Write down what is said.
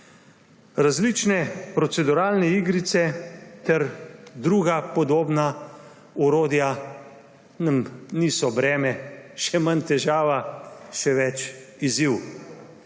Različne proceduralne igrice ter druga podobna orodja nam niso breme, še manj težava, še več – izziv.